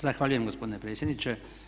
Zahvaljujem gospodine predsjedniče.